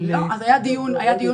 איתך.